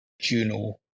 Juno